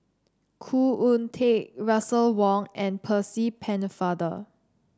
Khoo Oon Teik Russel Wong and Percy Pennefather